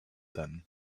then